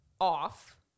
off